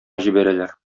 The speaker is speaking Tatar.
җибәрәләр